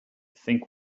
think